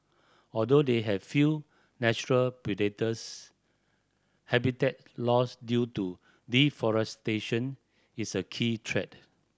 although they have few natural predators habitat loss due to deforestation is a key threat